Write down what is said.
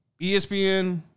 ESPN